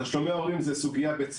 תשלומי הורים זו סוגיה בית ספרית,